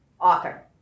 author